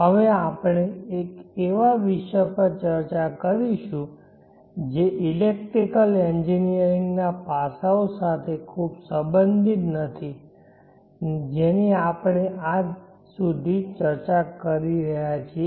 હવે આપણે એવા વિષય પર ચર્ચા કરીશું જે ઇલેક્ટ્રિકલ એન્જિનિયરિંગ પાસાઓ સાથે ખૂબ સંબંધિત નથી જેની આપણે આજ સુધી ચર્ચા કરી રહ્યા છીએ